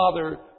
father